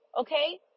okay